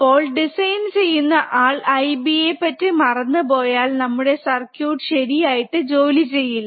ഇപ്പോ ഡിസൈൻ ചെയ്യുന്ന ആൾ IB യെ പറ്റി മറന്നുപോയാൽ നമ്മുടെ സർക്യൂട്ട് ശരിയായിട്ട് ജോലി ചെയ്യില്ല